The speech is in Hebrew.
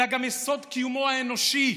אלא גם יסוד קיומו האנושי,